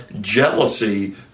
jealousy